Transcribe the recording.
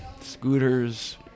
scooters